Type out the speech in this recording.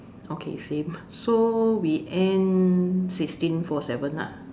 okay same so we end sixteen four seven ah